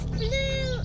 blue